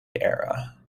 era